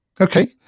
Okay